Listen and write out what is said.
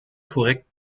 korrekt